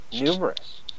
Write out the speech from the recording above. numerous